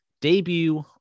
debut